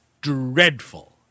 dreadful